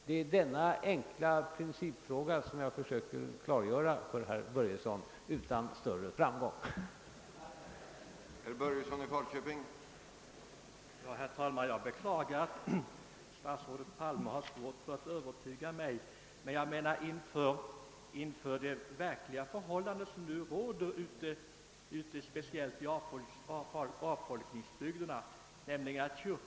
Det är denna enkla principfråga som jag, tydligen utan större framgång, försökt förklara för herr Börjesson i Falköping.